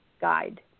guide